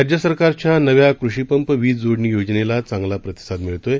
राज्य सरकारच्या नव्या कृषीपंप वीजजोडणी योजनेला चांगला प्रतिसाद मिळत आहे